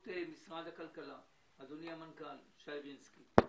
אדוני המנכ"ל שי רינסקי,